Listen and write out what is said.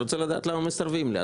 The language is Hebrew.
אני רוצה לדעת למה מסרבים לי.